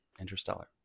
Interstellar